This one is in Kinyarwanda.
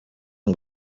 ngo